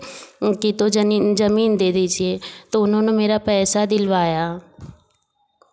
okay तो ज़मीन ज़मीन दे दीजिए तो उन्होंने मेरा पैसा दिलवाया